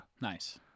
Nice